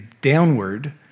downward